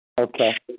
Okay